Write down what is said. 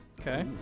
okay